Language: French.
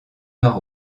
nord